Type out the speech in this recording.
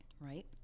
Right